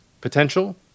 potential